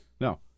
No